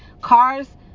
Cars